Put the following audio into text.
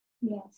Yes